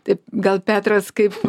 taip gal petras kaip